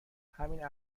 همین